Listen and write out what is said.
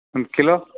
ಒಂದು ಕಿಲೋ